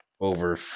over